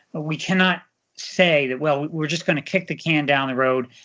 we cannot say that well we're just going to kick the can down the road,